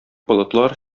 болытлар